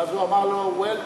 ואז הוא אמר לו: Well,